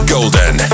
Golden